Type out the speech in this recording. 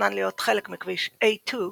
מתוכנן להיות חלק מכביש A-2 הפולני,